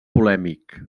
polèmic